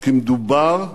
כי מדובר,